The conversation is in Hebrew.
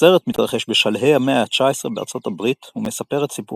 הסרט מתרחש בשלהי המאה ה-19 בארצות הברית ומספר את סיפורה